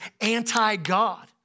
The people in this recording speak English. anti-God